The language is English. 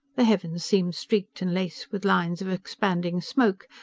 the heavens seemed streaked and laced with lines of expanding smoke.